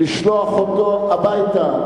לשלוח אותו הביתה,